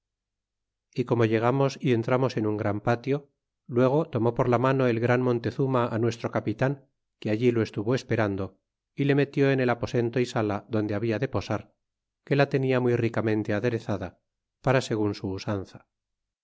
y como llegamos y entramos en un gran patio luego tomó por la mano el gran montemma nuestro capitan que allí lo estuvo esperando y le meti en el aposento y sala donde habla de posar que la tenia muy ricamente aderezada para segun su usanza